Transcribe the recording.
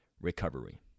recovery